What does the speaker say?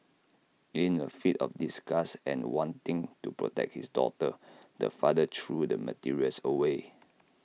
in A fit of disgust and wanting to protect his daughter the father threw the materials away